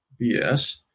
BS